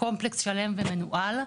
קומפלקס שלם ומנוהל.